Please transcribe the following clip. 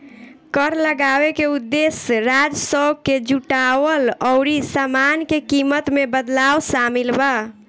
कर लगावे के उदेश्य राजस्व के जुटावल अउरी सामान के कीमत में बदलाव शामिल बा